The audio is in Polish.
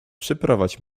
przyprowadź